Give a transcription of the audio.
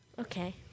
okay